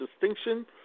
Distinction